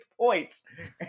points